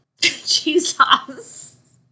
Jesus